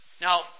Now